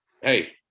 hey